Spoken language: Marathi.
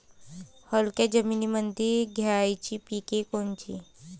हलक्या जमीनीमंदी घ्यायची पिके कोनची?